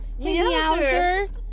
meowser